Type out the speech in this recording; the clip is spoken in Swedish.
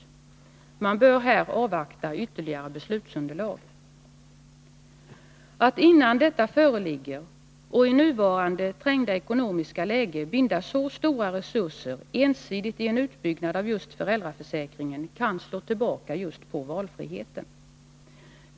Man bör här avvakta ytterligare beslutsunderlag. Att innan detta föreligger och i nuvarande trängda ekonomiska läge binda så stora resurser ensidigt i en utbyggnad av föräldraförsäkringen kan slå tillbaka just på valfriheten.